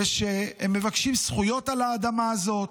ושהם מבקשים זכויות על האדמה הזאת,